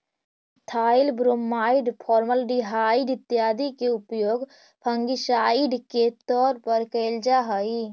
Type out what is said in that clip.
methyl bromide, formaldehyde इत्यादि के उपयोग फंगिसाइड के तौर पर कैल जा हई